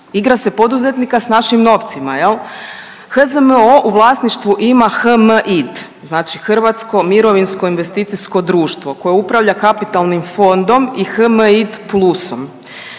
igra se poduzetnika s našim novcima jel. HZMO u vlasništvu ima HMID znači Hrvatsko mirovinsko investicijsko društvo koje upravlja kapitalnim fondom i HMDI plusom.